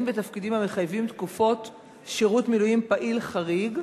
בתפקידים המחייבים תקופות שירות מילואים פעיל חריג,